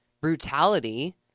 brutality